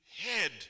head